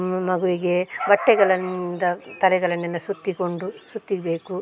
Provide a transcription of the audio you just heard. ಮಗುವಿಗೆ ಬಟ್ಟೆಗಳಿಂದ ತಲೆಗಳನ್ನೆಲ್ಲ ಸುತ್ತಿಕೊಂಡು ಸುತ್ತಿಬೇಕು